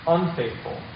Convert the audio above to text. Unfaithful